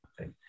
okay